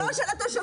זה לא של התושבים.